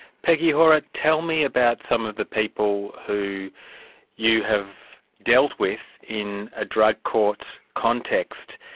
peggy hora, tell me about some of the people who you have dealt with in a drug court context,